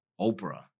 Oprah